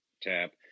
tap